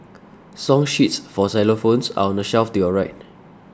song sheets for xylophones are on the shelf to your right